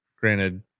Granted